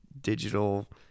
digital